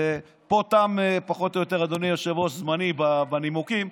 פה תם פחות או יותר זמני בנימוקים,